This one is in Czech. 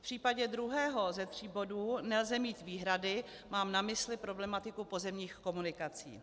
V případě druhého ze tří bodů nelze mít výhrady mám na mysli problematiku pozemních komunikací.